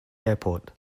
airport